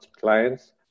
clients